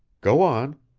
go on.